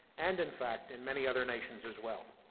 and in fact in many other nations, as well.